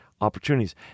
opportunities